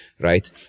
right